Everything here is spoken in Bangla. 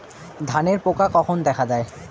ধানের পোকা কখন দেখা দেয়?